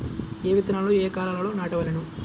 ఏ విత్తనాలు ఏ కాలాలలో నాటవలెను?